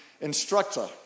instructor